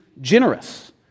generous